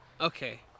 Okay